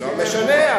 לא משנה,